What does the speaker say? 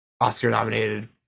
Oscar-nominated